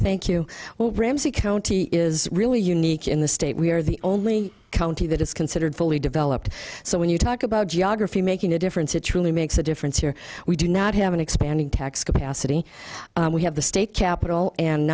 thank you well ramsey county is really unique in the state we're the only county that is considered fully developed so when you talk about geography making a difference it really makes a difference here we do not have an expanding tax capacity we have the state capital and